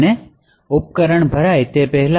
અથવા ઉપકરણ ભરાય તે પહેલાં